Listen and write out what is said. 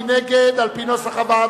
מי נגד, על-פי נוסח הוועדה?